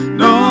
no